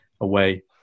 away